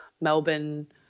Melbourne